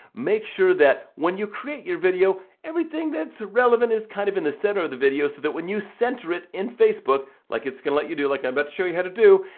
make sure that when you create your video, everything that's relevant is kind of in the center of the video so that when you center it in facebook, like it's gonna let you do, like i'm about to show you how to do,